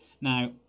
Now